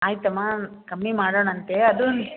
ಆಯಿತಮ್ಮ ಕಮ್ಮಿ ಮಾಡೋಣಂತೆ ಅದು